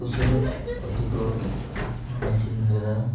କୃଷିର ଅଧିକ ମେସିନ୍ ଦ୍ୱାରା